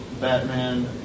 Batman